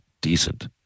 decent